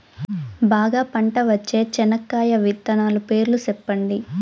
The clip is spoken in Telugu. బాగా పంట వచ్చే చెనక్కాయ విత్తనాలు పేర్లు సెప్పండి?